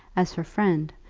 as her friend,